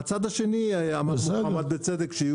מהצד השני ברמת הצדק,